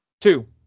Two